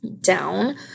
down